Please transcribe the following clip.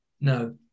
No